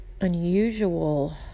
unusual